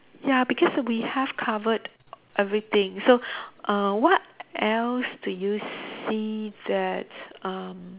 ya because we have covered everything so err what else do you see that um